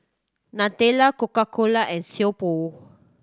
Nutella Coca Cola and Sio Pho